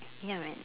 ya man